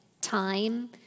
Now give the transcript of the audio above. time